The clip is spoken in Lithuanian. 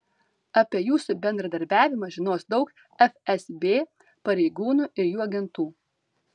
apie jūsų bendradarbiavimą žinos daug fsb pareigūnų ir jų agentų